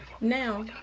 Now